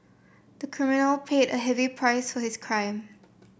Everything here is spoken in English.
the criminal paid a heavy price for his crime